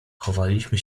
chowaliśmy